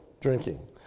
drinking